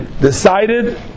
decided